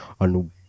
on